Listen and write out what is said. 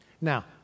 Now